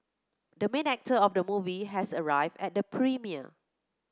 the main actor of the movie has arrived at the premiere